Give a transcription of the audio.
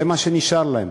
זה מה שנשאר להם.